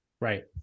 Right